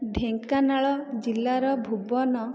ଢେଙ୍କାନାଳ ଜିଲ୍ଲାର ଭୁବନ